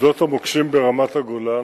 שדות המוקשים ברמת-הגולן